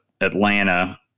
Atlanta